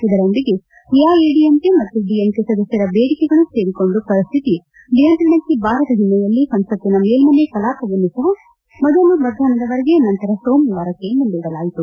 ಇದರೊಂದಿಗೆ ಎಐಎಡಿಎಂಕೆ ಮತ್ತು ಡಿಎಂಕೆ ಸದಸ್ಯರ ಬೇಡಿಕೆಗಳೂ ಸೇರಿಕೊಂಡು ಪರಿಶ್ಠಿತಿ ನಿಯಂತ್ರಣಕ್ಕೆ ಬಾರದ ಹಿನ್ನೆಲೆಯಲ್ಲಿ ಸಂಸತ್ತಿನ ಮೇಲ್ಮನೆಯ ಕಲಾಪವನ್ನೂ ಸಪ ಮೊದಲು ಮಧ್ಯಾಹ್ನದ ವರೆಗೆ ನಂತರ ಸೋಮವಾರಕ್ಕೆ ಮುಂದೂಡಲಾಯಿತು